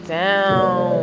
down